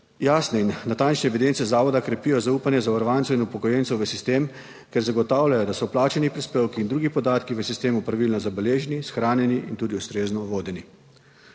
Jasne in natančne evidence zavoda krepijo zaupanje zavarovancev in upokojencev v sistem, ker zagotavljajo, da so plačani prispevki in drugi podatki v sistemu pravilno zabeleženi, shranjeni in tudi ustrezno vodeni.